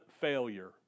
failure